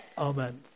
Amen